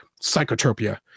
Psychotropia